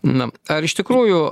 na ar iš tikrųjų